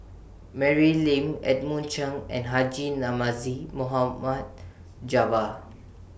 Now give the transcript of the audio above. Mary Lim Edmund Chen and Haji Namazie Mohd Javad